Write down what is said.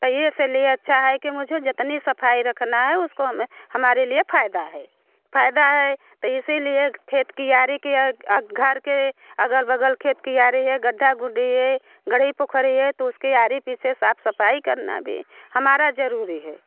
तो ये से लिए अच्छा है कि मुझे जतनी सफ़ाई रखना है उसको हमें हमारे लिए फ़ायदा है फ़ायदा है तो इसी लिए खेत क्यारी कि यह घर के अग़ल बग़ल खेत क्यारी है गड्ढा गुड्ढी है गढ़े पोखड़ी है तो उसके यारी पीछे साफ़ सफ़ाई करना भी हमारा ज़रूरी है